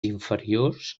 inferiors